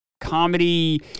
comedy